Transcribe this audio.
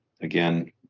again